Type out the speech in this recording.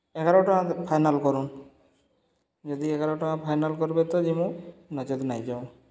ଏଗାର ଟଙ୍କା ଫାଇନାଲ୍ କରୁନ୍ ଯଦି ଏଗାର ଟଙ୍କା ଫାଇନାଲ୍ କର୍ବେ ତ ଯିମୁ ନଚେତ୍ ନାଇଁଯାଉ